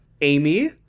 amy